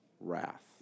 wrath